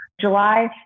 July